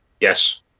Yes